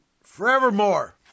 forevermore